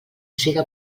siga